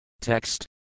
Text